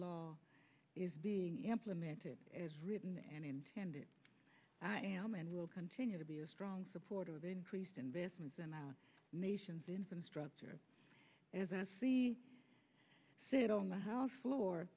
law is being implemented as written and intended i am and will continue to be a strong supporter of increased investments in our nation's infrastructure as i see fit on the house floor